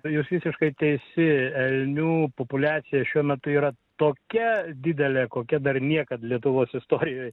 jūs visiškai teisi elnių populiacija šiuo metu yra tokia didelė kokia dar niekad lietuvos istorijoj